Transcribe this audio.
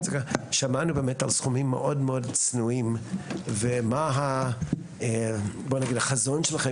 שמענו באמת על סכומים מאוד מאוד צנועים ומה הבוא נגיד החזון שלכם,